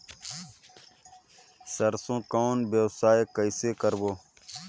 सरसो कौन व्यवसाय कइसे करबो?